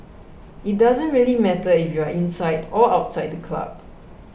it doesn't really matter if you are inside or outside the club